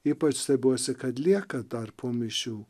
ypač stebiuosi kad lieka dar po mišių